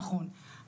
נמצאים תחת משאבים,